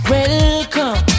Welcome